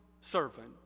servant